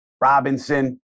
Robinson